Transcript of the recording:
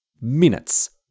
minutes